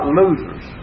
losers